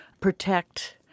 protect